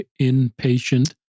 inpatient